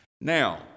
Now